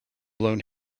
blown